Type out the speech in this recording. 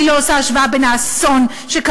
אני לא עושה השוואה בין האסון שקרה,